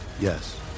Yes